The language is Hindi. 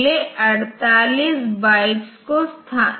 उसके बाद इन दोनों बिट्स को प्रोसेस किया जाएगा